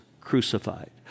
crucified